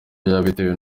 yabitewe